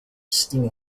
still